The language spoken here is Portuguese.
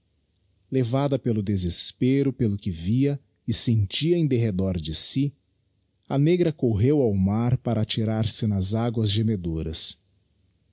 levada pelo desespero pelo que via e sentia em derredor de si a negra correu ao mar para atirar-se nas aguas gemedoras